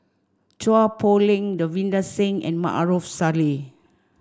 Chua Poh Leng Davinder Singh and Maarof Salleh